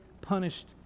punished